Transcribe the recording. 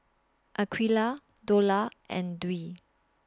Aqeelah Dollah and Dwi